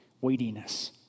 weightiness